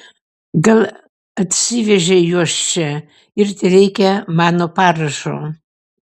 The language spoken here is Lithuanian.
gal atsivežei juos čia ir tereikia mano parašo